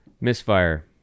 Misfire